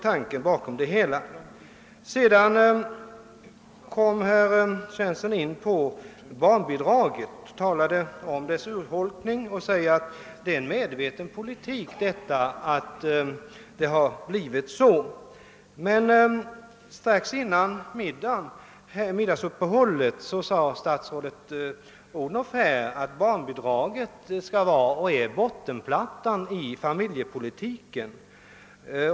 Sedan kom herr Svensson in på barnbidraget och sade att det är en medveten politik att barnbidraget blir urholkat. Strax före middagsuppehållet sade statsrådet Odhnoff att barnbidraget skall vara och är bottenplattan i familjepolitiken.